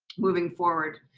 moving forward.